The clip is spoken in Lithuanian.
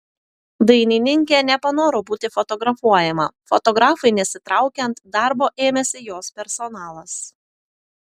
dainininkė nepanoro būti fotografuojama fotografui nesitraukiant darbo ėmėsi jos personalas